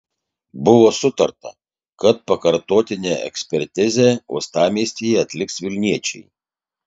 buvo sutarta kad pakartotinę ekspertizę uostamiestyje atliks vilniečiai